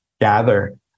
gather